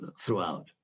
throughout